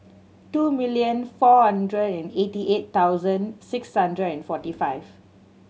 two million four hundred and eighty eight thousand six hundred and forty five